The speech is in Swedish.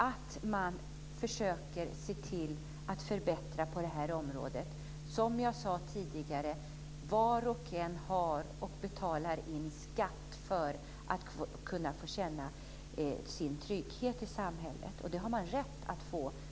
Den måste försöka se till att förbättra på det här området. Som jag sade tidigare: Var och en betalar in skatt för att kunna få känna sin trygghet i samhället.